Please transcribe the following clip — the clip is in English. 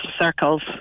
circles